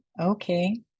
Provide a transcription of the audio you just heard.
okay